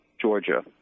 Georgia